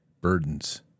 burdens